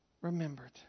remembered